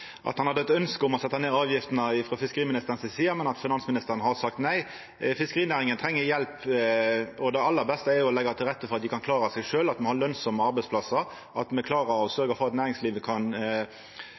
han hadde eit ønske om å setja ned avgiftene frå fiskeriministeren si side, men at finansministeren har sagt nei. Fiskerinæringa treng hjelp, og det aller beste er jo å leggja til rette for at dei kan klara seg sjølv, at me har lønsame arbeidsplassar, at me klarar å